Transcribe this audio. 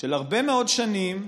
שהרבה מאוד שנים,